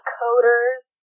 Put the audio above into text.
coders